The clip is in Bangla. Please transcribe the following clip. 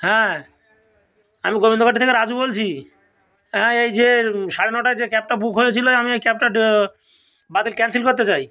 হ্যাঁ আমি গোবিন্দ থেকে রাজু বলছি হ্যাঁ এই যে সাড়ে নটায় যে ক্যাবটা বুক হয়েছিল আমি ওই ক্যাবটা বাতিল ক্যানসেল করতে চাই